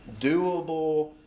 doable